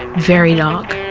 very dark.